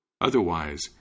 Otherwise